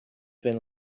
been